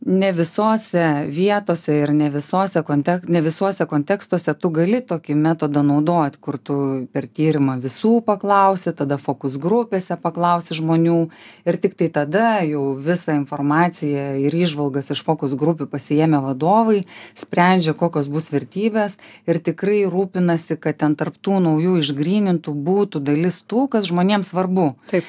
ne visose vietose ir ne visose kontek ne visuose kontekstuose tu gali tokį metodą naudot kur tu per tyrimą visų paklausi tada fokus grupėse paklausi žmonių ir tiktai tada jau visą informaciją ir įžvalgas iš fokus grupių pasiėmę vadovai sprendžia kokios bus vertybės ir tikrai rūpinasi kad ten tarp tų naujų išgrynintų būtų dalis tų kas žmonėm svarbu taip